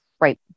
Right